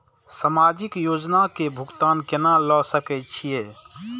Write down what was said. समाजिक योजना के भुगतान केना ल सके छिऐ?